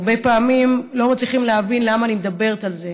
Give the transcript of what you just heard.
הרבה פעמים לא מצליחים להבין למה אני מדברת על זה.